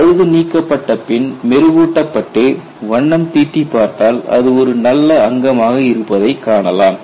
பழுது நீக்கப்பட்ட பின் மெருகூட்டப்பட்டு வண்ணம் தீட்டி பார்த்தால் அது ஒரு நல்ல அங்கமாக இருப்பதைக் காணலாம்